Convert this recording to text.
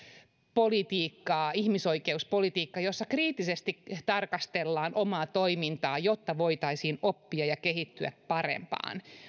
politiikkaa ihmisoikeuspolitiikkaa jossa kriittisesti tarkastellaan omaa toimintaa jotta voitaisiin oppia ja kehittyä parempaan